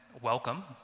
welcome